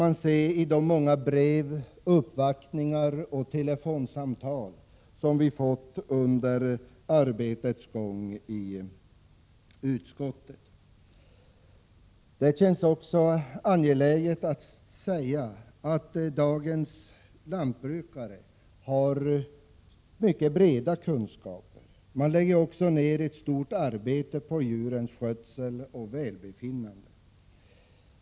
Detta framgår av de många brev, uppvaktningar och telefonsamtal som vi fått under arbetets gång i utskottet. Det känns angeläget att säga att dagens lantbrukare har mycket breda kunskaper och lägger ner ett stort arbete på djurens skötsel och välbefinnande.